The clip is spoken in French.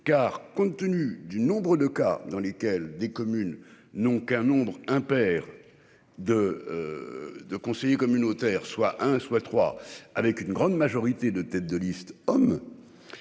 car compte tenu du nombre de cas dans lesquels des communes n'ont qu'un nombre impair. De. 2 conseillers communautaires soit un soit trois avec une grande majorité de têtes de liste. Homme.